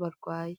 barwaye.